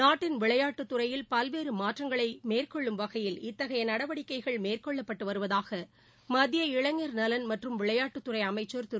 நாட்டின் விளையாட்டுத்துறையில் பல்வேறு மாற்றங்களை மேற்கொள்ளும் வகையில் இத்தகைய நடவடிக்கைகள் மேற்கொள்ளப்பட்டு வருவதாக மத்திய இளைஞர் நலன் மற்றும் விளையாட்டுத்துறை அமைச்சா் திரு